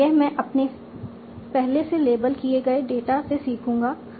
और यह मैं अपने पहले से लेबल किए गए डेटा से सीखूंगा